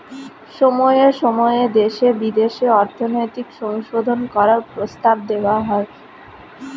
সময়ে সময়ে দেশে বিদেশে অর্থনৈতিক সংশোধন করার প্রস্তাব দেওয়া হয়